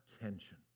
attention